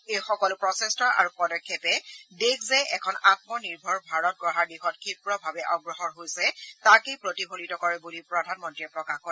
এই সকলো প্ৰচেষ্টা আৰু পদক্ষেপে দেশ যে এখন আম্মনিৰ্ভৰ ভাৰত গঢ়াৰ দিশত ক্ষিপ্ৰভাৱে অগ্ৰসৰ হৈছে তাকেই প্ৰতিফলিত কৰে বুলি প্ৰধানমন্ত্ৰীয়ে প্ৰকাশ কৰে